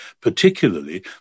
Particularly